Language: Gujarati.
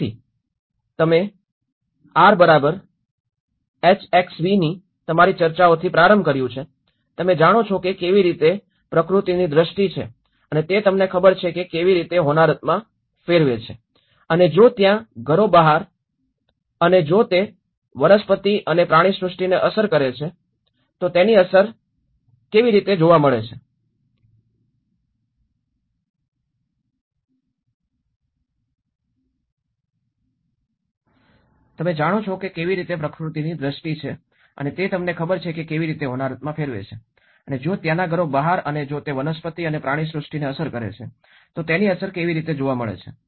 તેથી તમે આર એચએક્સવી RHxV ની તમારી ચર્ચાઓથી પ્રારંભ કર્યું છે તમે જાણો છો કે કેવી રીતે પ્રકૃતિની દ્રષ્ટિ છે અને તે તમને ખબર છે કે કેવી રીતે હોનારતમાં ફેરવે છે અને જો ત્યાંના ઘરો બહાર અને જો તે વનસ્પતિ અને પ્રાણીસૃષ્ટિને અસર કરે છે તો તેની અસર કેવી રીતે જોવા મળે છે